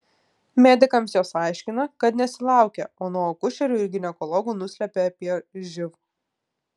medikams jos aiškina kad nesilaukia o nuo akušerių ir ginekologų nuslepia apie živ